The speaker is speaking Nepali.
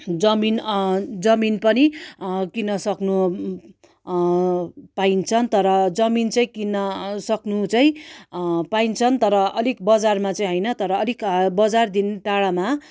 जमिन जमिन पनि किन्न सक्नु पाइन्छ तर जमिन चाहिँ किन्न सक्नु चाहिँ पाइन्छ तर अलिक बजारमा चाहिँ होइन तर अलिक बजारदेखि टाडामा